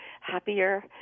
happier